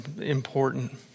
important